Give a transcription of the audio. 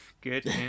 Good